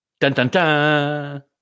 Dun-dun-dun